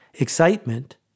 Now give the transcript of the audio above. Excitement